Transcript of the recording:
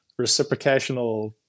reciprocational